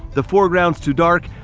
the foregrounds too dark.